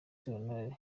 sentore